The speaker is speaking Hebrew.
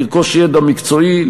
לרכוש ידע מקצועי,